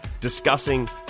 discussing